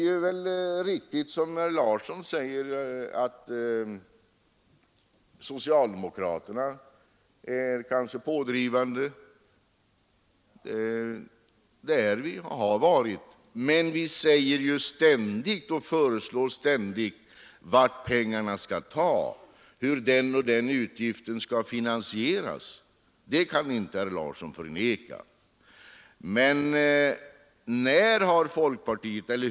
Det är riktigt som herr Larsson i Umeå säger, att socialdemokraterna kanske är pådrivande. Det är vi, och det har vi varit, men vi anger ständigt varifrån pengarna skall tas och hur den och den utgiften skall finansieras; detta kan herr Larsson inte förneka.